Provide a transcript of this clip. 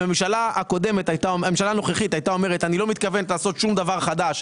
אם הממשלה הנוכחית הייתה אומרת אני לא מתכוונת לעשות שום דבר חדש,